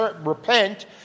repent